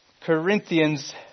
Corinthians